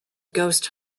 ghost